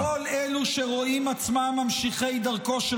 -- לכל אלו שרואים עצמם ממשיכי דרכו של